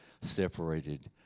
separated